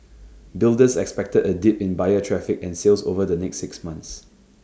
builders expected A dip in buyer traffic and sales over the next six months